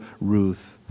Ruth